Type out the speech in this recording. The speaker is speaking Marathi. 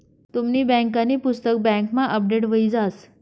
तुमनी बँकांनी पुस्तक बँकमा अपडेट हुई जास